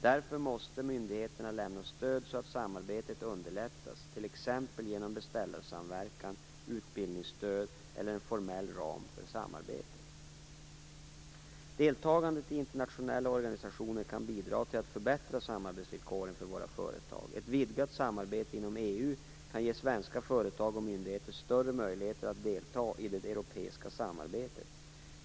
Därför måste myndigheterna lämna stöd så att samarbetet underlättas, t.ex. genom beställarsamverkan, utbildningsstöd eller en formell ram för samarbetet. Deltagande i internationella organisationer kan bidra till att förbättra samarbetsvillkoren för våra företag. Ett vidgat samarbete inom EU kan ge svenska företag och myndigheter större möjligheter att delta i det europeiska samarbetet.